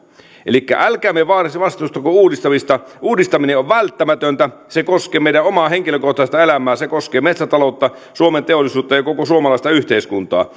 elikkä älkäämme vastustako uudistamista uudistaminen on välttämätöntä se koskee meidän omaa henkilökohtaista elämäämme se koskee metsätaloutta suomen teollisuutta ja koko suomalaista yhteiskuntaa